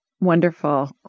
Wonderful